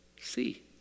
See